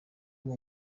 ubu